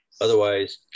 Otherwise